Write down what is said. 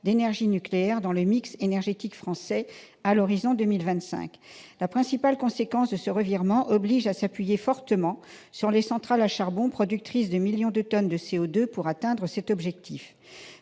d'énergie nucléaire dans le mix énergétique français à l'horizon 2025. La principale conséquence de ce revirement l'oblige à s'appuyer fortement sur les centrales à charbon, productrices de millions de tonnes de CO2, pour atteindre cet objectif.